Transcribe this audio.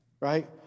right